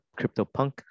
CryptoPunk